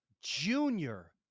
Junior